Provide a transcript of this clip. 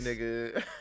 Nigga